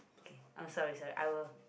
okay I'm sorry sorry I will